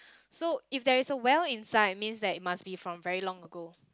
so if there is a well inside means that it must be from very long ago